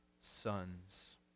sons